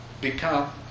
become